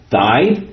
died